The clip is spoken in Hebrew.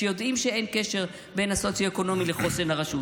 כשיודעים שאין קשר בין הסוציו-אקונומי לחוסן הרשות,